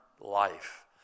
life